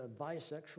bisexual